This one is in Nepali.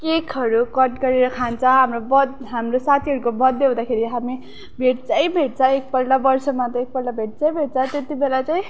केकहरू कट गरेर खान्छ हाम्रो बर्थ हाम्रो साथीहरूको बर्थडे हुँदाखेरि हामी भेट्छै भेट्छ एकपल्ट वर्षमा एकपल्ट भेट्छै भेट्छ त्यति बेला चाहिँ